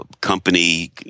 company